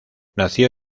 nació